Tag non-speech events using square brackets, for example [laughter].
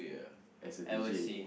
[noise] as a deejay